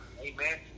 Amen